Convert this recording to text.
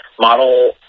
model